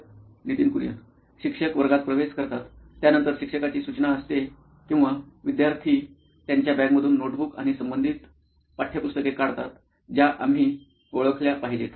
Nitin Kurian COO nine electronics शिक्षक वर्गात प्रवेश करतात त्यानंतर शिक्षकाची सूचना असते किंवा विद्यार्थी त्यांच्या बॅग मधून नोटबुक आणि संबंधित पाठ्यपुस्तके काढतात ज्या आम्ही ओळखल्या पाहिजेत